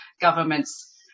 governments